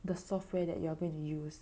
the software that you are going to use